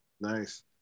Nice